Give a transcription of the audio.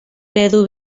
eredu